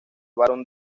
varón